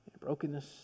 brokenness